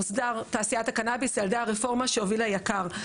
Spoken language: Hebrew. הוסדר תעשיית הקנביס על-ידי הרפורמה שהוביל היק"ר.